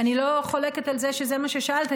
אני לא חולקת על זה שזה מה ששאלת.